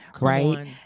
Right